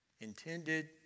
intended